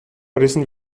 rissen